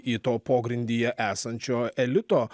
į to pogrindyje esančio elito